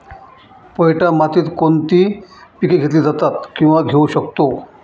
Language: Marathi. पोयटा मातीत कोणती पिके घेतली जातात, किंवा घेऊ शकतो?